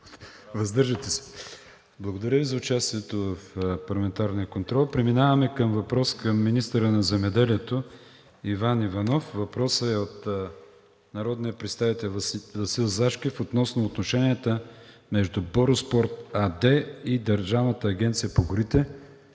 Въздържате се. Благодаря Ви за участието в парламентарния контрол. Преминаваме към въпрос към министъра на земеделието Иван Иванов. Въпросът е от народния представител Васил Зашкев относно отношенията между „Бороспорт“ АД и Държавната агенция по горите.